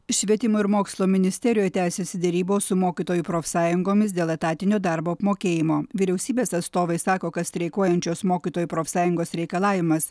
švietimo ir mokslo ministerijoj tęsiasi derybos su mokytojų profsąjungomis dėl etatinio darbo apmokėjimo vyriausybės atstovai sako kad streikuojančios mokytojų profsąjungos reikalavimas